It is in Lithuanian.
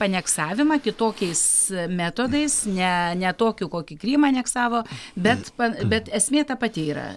aneksavimą kitokiais metodais ne ne tokiu kokį krymą aneksavo bet pa bet esmė ta pati yra